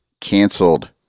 canceled